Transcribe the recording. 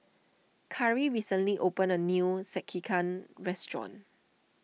Karri recently opened a new Sekihan restaurant